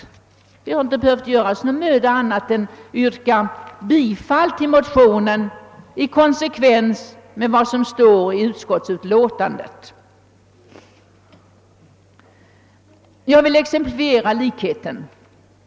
Det har inte behövt göras annat än att yrka bifall till motionen i konsekvens med vad som står i utskottsutlåtandet. Jag vill exemplifiera likheten.